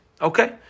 Okay